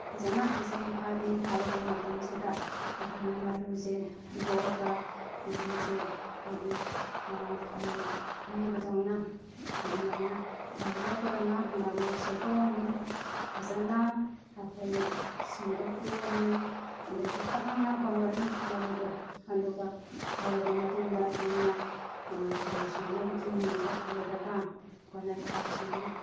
ꯐꯖꯅ ꯍꯩꯖꯤꯡ ꯐꯥꯔꯦ ꯍꯥꯏꯔꯕ ꯃꯇꯝꯁꯤꯗ ꯑꯩꯈꯣꯏꯅ ꯃꯔꯨꯁꯦ ꯂꯣꯛꯑꯒ ꯃꯔꯨꯁꯦ ꯑꯩꯈꯣꯏꯒꯤ ꯐꯧ ꯌꯩꯕꯗꯧꯅ ꯑꯗꯨꯃꯥꯏꯅ ꯐꯧ ꯂꯣꯛꯄꯗꯧꯅ ꯍꯪꯒꯥꯝ ꯃꯔꯨꯁꯦ ꯂꯣꯛꯑꯅꯤ ꯐꯖꯅ ꯑꯩꯈꯣꯏ ꯁꯦꯡꯗꯣꯛꯄꯤꯔꯅꯤ ꯑꯗꯒꯤ ꯀꯪꯅ ꯐꯧꯔꯅꯤ ꯃꯔꯨꯗꯣ ꯑꯗꯨꯒ ꯐꯧꯔꯕ ꯃꯇꯨꯡꯗ ꯑꯩꯈꯣꯏꯅ ꯊꯥꯎ ꯁꯨꯡꯅꯕꯒꯤ ꯃꯤꯜꯗ ꯄꯨꯔꯒ ꯑꯩꯈꯣꯏꯅ ꯊꯥꯎ ꯁꯨꯡꯉꯦ